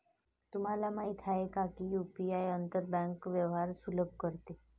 तुम्हाला माहित आहे का की यु.पी.आई आंतर बँक व्यवहार सुलभ करते?